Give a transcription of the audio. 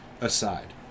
Aside